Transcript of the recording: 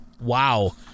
Wow